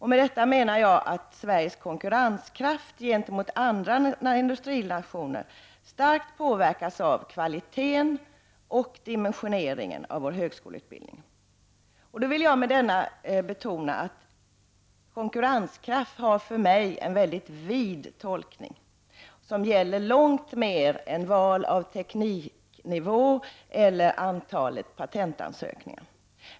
Med detta menar jag att Sveriges konkurrenskraft gentemot industrinationer starkt påverkas av kvaliteten och dimensioneringen av vår högskoleutbildning, och jag vill betona att konkurrenskraft har för mig en mycket vid tolkning som gäller långt mer än val av tekniknivå eller antalet patentansökningar.